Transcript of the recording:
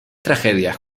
tragedias